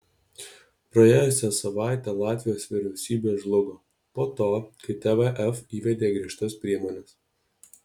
praėjusią savaitę latvijos vyriausybė žlugo po to kai tvf įvedė griežtas priemones